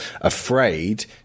afraid